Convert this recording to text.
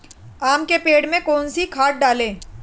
आम के पेड़ में कौन सी खाद डालें?